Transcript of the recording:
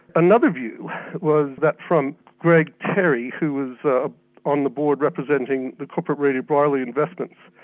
another view was that from greg terry, who was ah on the board representing the corporate raider, brierley investments.